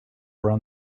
around